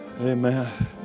Amen